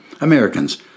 Americans